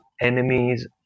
enemies